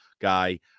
guy